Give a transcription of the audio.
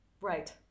Right